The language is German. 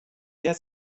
sehr